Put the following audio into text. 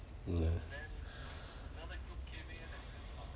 nah